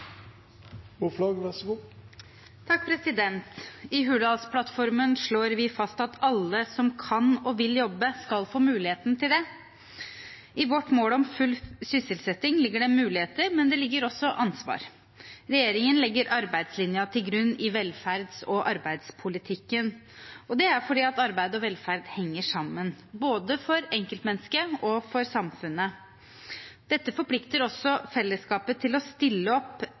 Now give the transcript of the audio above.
I Hurdalsplattformen slår vi fast at alle som kan og vil jobbe, skal få muligheten til det. I vårt mål om full sysselsetting ligger det muligheter, men det ligger også ansvar. Regjeringen legger arbeidslinjen til grunn i velferds- og arbeidspolitikken, og det er fordi arbeid og velferd henger sammen, både for enkeltmennesket og for samfunnet. Dette forplikter også fellesskapet til å stille opp